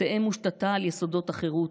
תהא מושתתת על יסודות החירות,